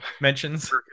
mentions